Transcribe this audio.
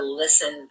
listen